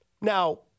Now